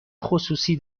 خصوصی